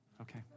Okay